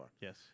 Yes